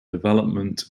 development